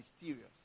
mysterious